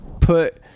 put